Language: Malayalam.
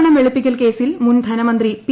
കള്ളപ്പണം വെളുപ്പിക്കൽ കേസിൽ മുൻ ധനമന്ത്രി പി